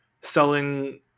selling